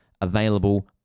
available